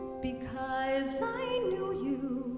because i knew you